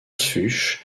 fuchs